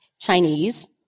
Chinese